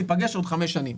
ניפגש בעוד חמש שנים.